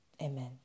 amen